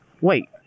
Wait